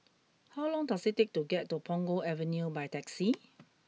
how long does it take to get to Punggol Avenue by taxi